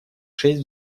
шесть